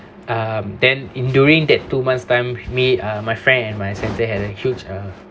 um then in during that two months time me uh my friend and my center had a huge a